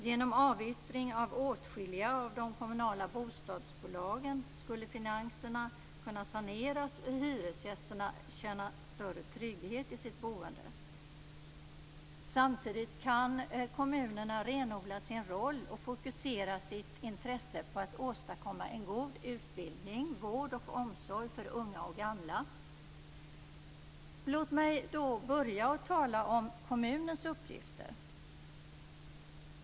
Genom avyttring av åtskilliga av de kommunala bostadsbolagen skulle finanserna kunna saneras och hyresgästerna känna större trygghet i sitt boende. Samtidigt kan kommunerna renodla sin roll och fokusera sitt intresse på att åstadkomma en god utbildning, vård och omsorg för unga och gamla. Låt mig börja med att tala om kommunens uppgifter.